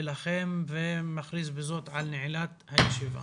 שולחן עגול בשיתוף משרד החינוך ומשרדים שונים ונציגי הרשויות